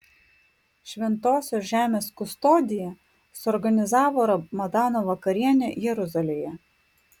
šventosios žemės kustodija suorganizavo ramadano vakarienę jeruzalėje